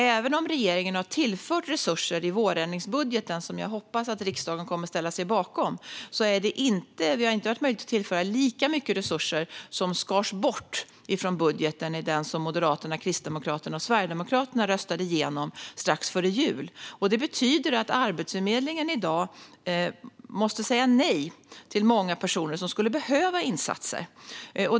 Även om regeringen har tillfört resurser i vårändringsbudgeten, som jag hoppas att riksdagen kommer att ställa sig bakom, har vi inte haft möjlighet att tillföra lika mycket resurser som skars bort i den budget som Moderaterna, Kristdemokraterna och Sverigedemokraterna röstade igenom strax före jul. Detta betyder att Arbetsförmedlingen måste säga nej till många personer som skulle behöva insatser.